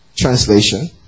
Translation